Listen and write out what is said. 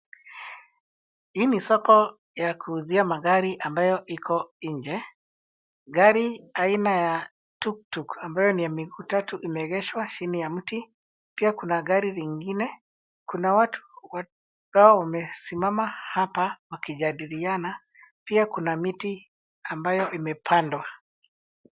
Hii ni soko ya kuuzia magari ambayo iko nje. Gari aina ya tuktuk ambayo ni ya miguu tatu imeegeshwa chini ya mti. Pia kuna gari lingine. Kuna watu ambao wamesimama hapa wakijadiliana. Pia kuna miti ambayo imepandwa.